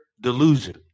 delusion